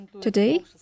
Today